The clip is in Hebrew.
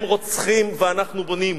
הם רוצחים ואנחנו בונים.